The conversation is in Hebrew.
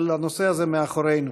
אבל הנושא הזה מאחורינו.